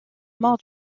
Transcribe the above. mort